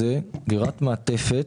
זה גם נחשב?